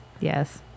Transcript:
Yes